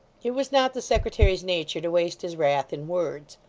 it was not the secretary's nature to waste his wrath in words.